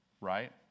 right